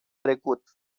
trecut